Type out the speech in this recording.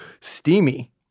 Steamy